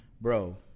bro